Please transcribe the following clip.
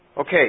Okay